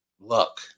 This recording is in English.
luck